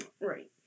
Right